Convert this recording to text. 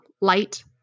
light